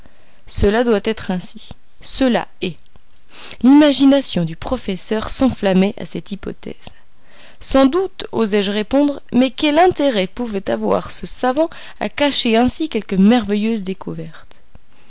cela doit être ainsi cela est l'imagination du professeur s'enflammait à cette hypothèse sans doute osai je répondre mais quel intérêt pouvait avoir ce savant à cacher ainsi quelque merveilleuse découverte